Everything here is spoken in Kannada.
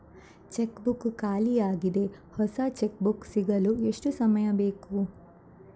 ಚೆಕ್ ಬುಕ್ ಖಾಲಿ ಯಾಗಿದೆ, ಹೊಸ ಚೆಕ್ ಬುಕ್ ಸಿಗಲು ಎಷ್ಟು ಸಮಯ ಬೇಕು?